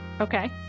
Okay